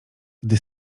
gdy